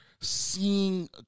seeing